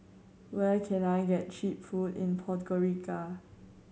where can I get cheap food in Podgorica